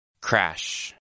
Crash